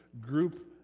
group